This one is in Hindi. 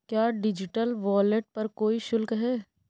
क्या डिजिटल वॉलेट पर कोई शुल्क है?